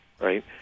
right